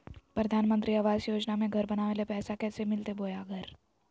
प्रधानमंत्री आवास योजना में घर बनावे ले पैसा मिलते बोया घर?